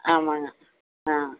ஆமாங்க ஆ